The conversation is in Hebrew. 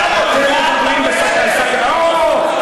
או,